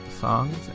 songs